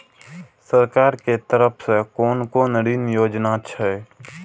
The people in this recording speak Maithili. सरकार के तरफ से कोन कोन ऋण योजना छै?